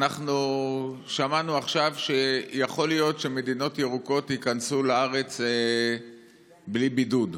אנחנו שמענו עכשיו שיכול להיות שממדינות ירוקות ייכנסו לארץ בלי בידוד.